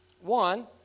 one